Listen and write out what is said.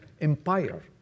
Empire